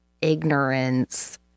ignorance